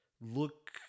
look